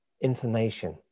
information